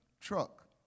truck